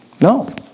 No